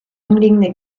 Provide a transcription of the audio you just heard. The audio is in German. umliegende